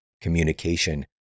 communication